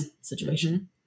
situation